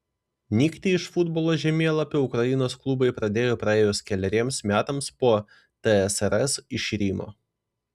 nykti iš futbolo žemėlapio ukrainos klubai pradėjo praėjus keleriems metams po tsrs iširimo